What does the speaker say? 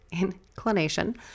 inclination